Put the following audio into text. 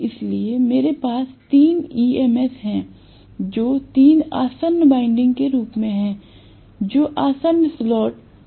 इसलिए मेरे पास तीन EMS हैं जो तीन आसन्न वाइंडिंग्स के अनुरूप हैं जो आसन्न स्लॉट में हैं